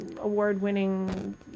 award-winning